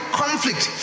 conflict